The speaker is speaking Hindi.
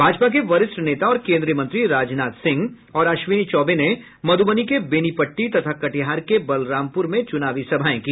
भाजपा के वरिष्ठ नेता और केन्द्रीय मंत्री राजनाथ सिंह और अश्विनी चौबे ने मधुबनी के बेनीपट्टी तथा कटिहार के बलरामपुर में चुनावी सभाएं की